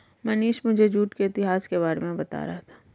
मनीष मुझे जूट के इतिहास के बारे में बता रहा था